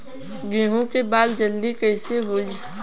गेहूँ के बाल जल्दी कईसे होई?